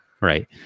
right